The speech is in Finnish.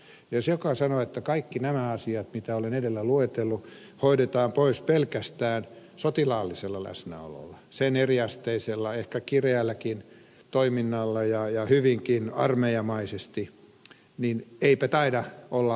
se joka sanoo että kaikki nämä asiat mitä olen edellä luetellut hoidetaan pois pelkästään sotilaallisella läsnäololla sen eriasteisella ehkä kireälläkin toiminnalla ja hyvinkin armeijamaisesti niin eipä taida olla ainoa keino